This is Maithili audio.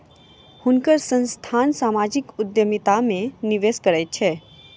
हुनकर संस्थान सामाजिक उद्यमिता में निवेश करैत अछि